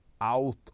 Out